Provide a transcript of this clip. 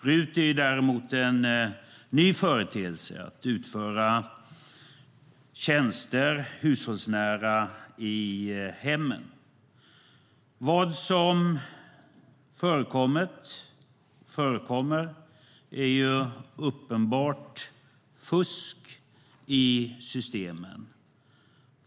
RUT är däremot en ny företeelse, och det handlar om att utföra hushållsnära tjänster i hemmen. Vad som har förekommit och förekommer är uppenbart fusk i systemen.